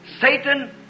Satan